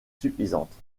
suffisantes